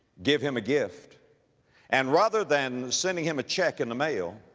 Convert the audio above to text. give him a gift and rather than sending him a check in the mail,